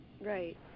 Right